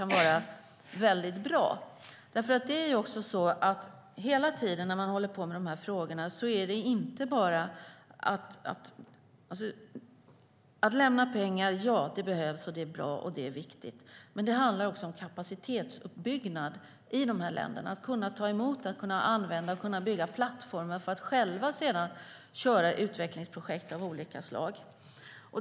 När man håller på med dessa frågor handlar det inte hela tiden om att lämna pengar. Det behövs, det är bra och det är viktigt. Men det handlar också om kapacitetsuppbyggnad i dessa länder. Det handlar om att de ska kunna ta emot, använda och bygga plattformar för att själva sedan köra utvecklingsprojekt av olika slag.